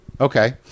Okay